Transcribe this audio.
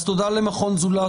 אז תודה למכון "זולת",